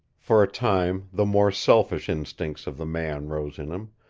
for a time the more selfish instincts of the man rose in him,